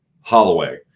Holloway